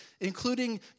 including